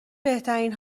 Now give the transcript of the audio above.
بهترین